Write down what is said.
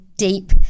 deep